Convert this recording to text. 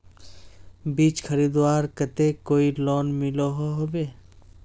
बीज खरीदवार केते कोई लोन मिलोहो होबे?